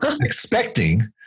expecting